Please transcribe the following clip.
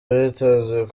reuters